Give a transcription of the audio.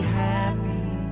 happy